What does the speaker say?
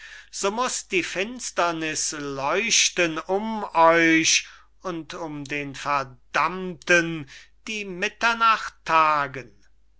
muß die finsterniß leuchten um euch und um den verdammten die mitternacht tagen